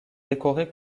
décoré